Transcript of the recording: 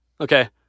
Okay